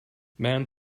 man